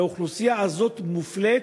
והאוכלוסייה הזאת מופלית,